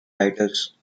writers